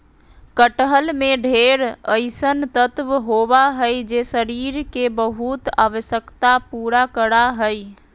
कटहल में ढेर अइसन तत्व होबा हइ जे शरीर के बहुत आवश्यकता पूरा करा हइ